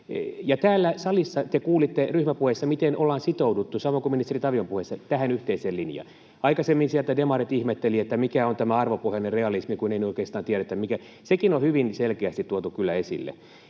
Täällä salissa te kuulitte ryhmäpuheessa, miten ollaan sitouduttu, samoin kuin ministeri Tavion puheessa, tähän yhteiseen linjaan. Aikaisemmin sieltä demarit ihmettelivät, mikä on tämä arvopohjainen realismi, kun ei oikeastaan tiedetä, mikä... Sekin on hyvin selkeästi tuotu kyllä esille.